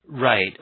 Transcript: Right